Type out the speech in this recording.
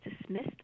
dismissed